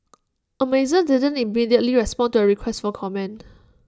Amazon didn't immediately respond to A request for comment